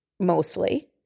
mostly